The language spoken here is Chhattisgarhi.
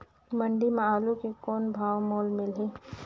मंडी म आलू के कौन भाव मोल मिलही?